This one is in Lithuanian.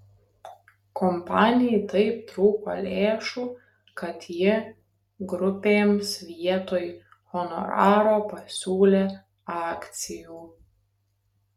kompanijai taip trūko lėšų kad ji grupėms vietoj honoraro pasiūlė akcijų